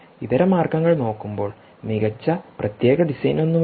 ഇതരമാർഗ്ഗങ്ങൾ നോക്കുമ്പോൾ മികച്ച പ്രത്യേക ഡിസൈൻ ഒന്നുമില്ല